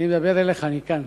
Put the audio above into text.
אני מדבר אליך, אני כאן.